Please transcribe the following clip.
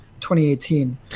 2018